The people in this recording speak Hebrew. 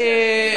אני,